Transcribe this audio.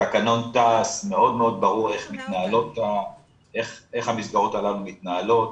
תקנון תע"ס מאוד מאוד ברור איך המסגרות הללו מתנהלות,